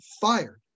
fired